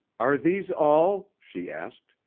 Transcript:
are these all? she asked,